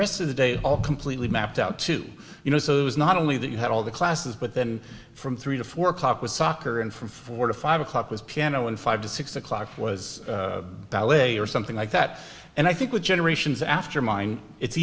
rest of the day all completely mapped out to you know so it was not only that you had all the classes but then from three to four o'clock with soccer in from four to five o'clock with piano in five to six o'clock was ballet or something like that and i think with generations after mine it's